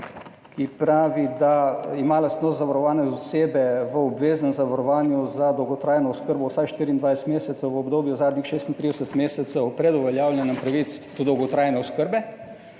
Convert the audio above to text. ki pravi, da ima lastnost zavarovane osebe v obveznem zavarovanju za dolgotrajno oskrbo vsaj 24 mesecev v obdobju zadnjih 36 mesecev pred uveljavljanjem pravic do dolgotrajne oskrbe.